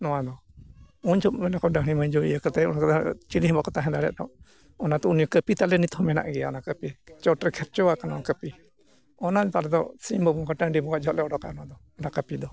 ᱱᱚᱣᱟ ᱫᱚ ᱩᱱ ᱡᱚᱠᱷᱚᱱ ᱢᱮᱱᱟ ᱠᱚ ᱰᱟᱹᱦᱱᱤ ᱢᱟᱹᱭᱡᱩ ᱤᱭᱟᱹ ᱠᱟᱛᱮᱫ ᱚᱸᱰᱮ ᱫᱚ ᱪᱤᱞᱤ ᱦᱚᱸ ᱵᱟᱠᱚ ᱛᱟᱦᱮᱸ ᱫᱟᱲᱮᱭᱟᱫᱟ ᱚᱱᱟᱛᱮ ᱚᱱᱟ ᱠᱟᱹᱯᱤ ᱛᱟᱞᱮ ᱱᱤᱛ ᱦᱚᱸ ᱢᱮᱱᱟᱜ ᱜᱮᱭᱟ ᱠᱟᱹᱯᱤ ᱪᱚᱴ ᱨᱮ ᱠᱷᱮᱯᱪᱚ ᱟᱠᱟᱱᱟ ᱚᱱᱟ ᱠᱟᱹᱯᱤ ᱚᱱᱟᱛᱮ ᱟᱞᱮ ᱫᱚ ᱥᱤᱧ ᱵᱚᱸᱜᱟ ᱴᱟᱺᱰᱤ ᱵᱚᱸᱜᱟ ᱡᱚᱠᱷᱚᱱ ᱞᱮ ᱚᱰᱳᱠᱟ ᱚᱱᱟ ᱫᱚ ᱚᱱᱟ ᱠᱟᱹᱯᱤ ᱫᱚ